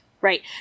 right